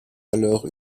alors